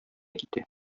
китә